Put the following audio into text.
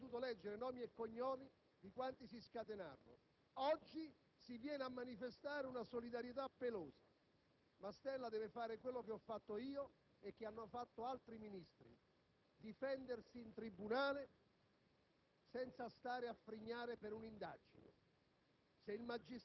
Presidente Marini, è un fascicolo così alto, per il tempo contingentato non avrei potuto leggere nomi e cognomi di quanti si scatenarono. Oggi si viene a manifestare una solidarietà pelosa. Mastella deve fare quello che ho fatto io e che hanno fatto altri Ministri: difendersi in tribunale